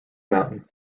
mountain